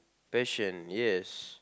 passion yes